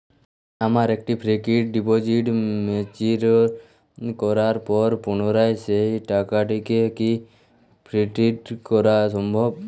আমার একটি fixed deposit mature করার পর পুনরায় সেই টাকাটিকে কি ফিক্সড করা সম্ভব?